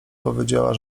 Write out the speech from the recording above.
powiedziała